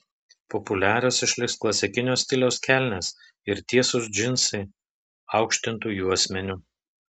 populiarios išliks klasikinio stiliaus kelnės ir tiesūs džinsai aukštintu juosmeniu